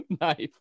knife